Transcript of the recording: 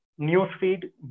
Newsfeed